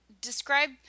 describe